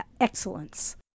excellence